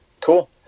Cool